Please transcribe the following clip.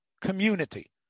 community